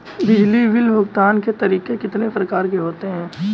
बिजली बिल भुगतान के तरीके कितनी प्रकार के होते हैं?